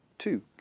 two